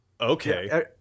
Okay